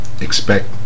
expect